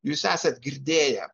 jūs esat girdėję